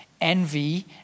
envy